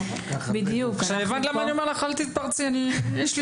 אני אגיע